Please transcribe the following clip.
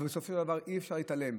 אבל בסופו של דבר אי-אפשר להתעלם.